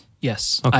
Yes